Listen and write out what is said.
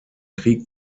krieg